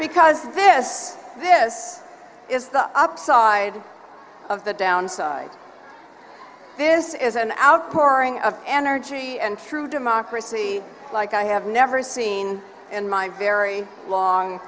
because this this is the upside of the down side this is an outpouring of energy and through democracy like i have never seen in my very long